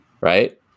right